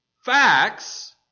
facts